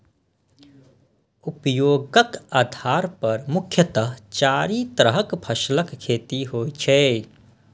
उपयोगक आधार पर मुख्यतः चारि तरहक फसलक खेती होइ छै